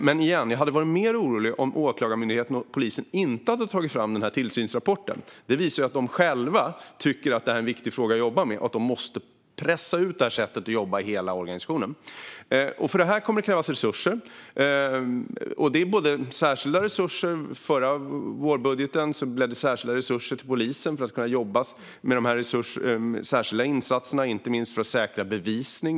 Men, återigen, jag hade varit mer orolig om Åklagarmyndigheten och polisen inte hade tagit fram denna tillsynsrapport. Det visar ju att de själva tycker att detta är en viktig fråga att jobba med och att de måste pressa ut detta sätt att jobba i hela organisationen. Det här kommer att kräva resurser. I förra vårändringsbudgeten gavs särskilda resurser till polisen för att den ska kunna jobba med särskilda insatser, inte minst med att säkra bevisning.